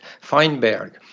Feinberg